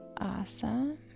Awesome